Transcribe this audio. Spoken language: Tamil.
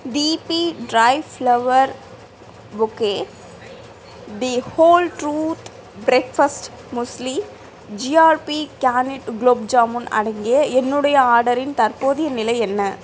DP dry flower bouquet the whole truth breakfast muesli GRB canned gulab jamun அடங்கிய என்னுடைய ஆர்டரின் தற்போதைய நிலை என்ன